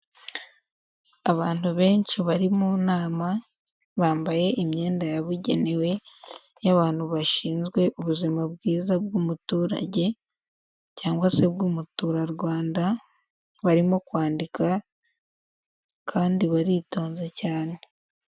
Abantu benshi bari mu nama, bambaye imyenda yabugenewe y'abantu bashinzwe ubuzima bwiza bw'umuturage cyangwa se bw'umuturarwanda, barimo kwandika kandi baritonze cyane.